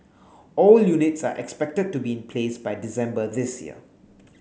all units are expected to be in place by December this year